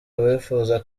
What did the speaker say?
abifuza